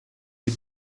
die